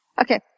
Okay